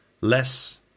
less